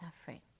suffering